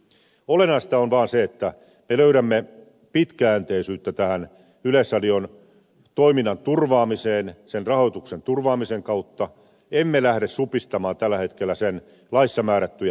olennaista on vaan se että me löydämme pitkäjänteisyyttä tähän yleisradion toiminnan turvaamiseen sen rahoituksen turvaamisen kautta emme lähde supistamaan tällä hetkellä sen laissa määrättyä toimenkuvaa